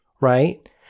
right